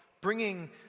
bringing